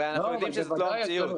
הרי אנחנו יודעים שזאת לא המציאות.